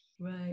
Right